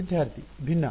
ವಿದ್ಯಾರ್ಥಿ ಭಿನ್ನ